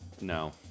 no